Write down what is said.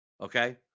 Okay